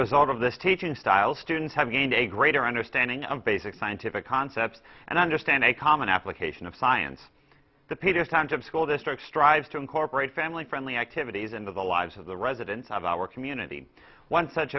result of this teaching style students have gained a greater understanding of basic scientific concepts and understand a common application of science the pater's concept school district strives to incorporate family friendly activities into the lives of the residents of our community one such